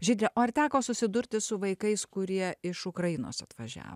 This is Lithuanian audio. žyde o ar teko susidurti su vaikais kurie iš ukrainos atvažia